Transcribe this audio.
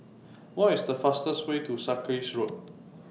What IS The fastest Way to Sarkies Road